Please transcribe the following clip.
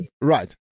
Right